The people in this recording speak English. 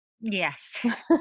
Yes